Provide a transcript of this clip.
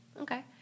Okay